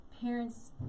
parents